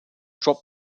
drop